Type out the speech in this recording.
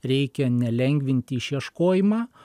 reikia ne lengvinti išieškojimą